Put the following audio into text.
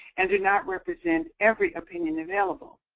and do not represent every opinion available.